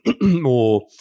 more